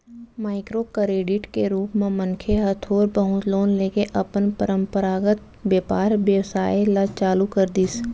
micro credit के रुप म मनखे ह थोर बहुत लोन लेके अपन पंरपरागत बेपार बेवसाय ल चालू कर दिस